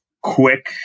quick